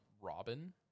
Robin